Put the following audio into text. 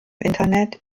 internet